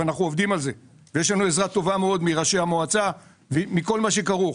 אנחנו עובדים על זה ויש לנו עזרה טובה מאוד מראשי המועצה ובכל מה שכרוך.